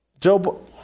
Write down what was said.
Joe